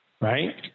right